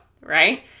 Right